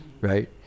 right